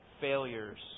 Failures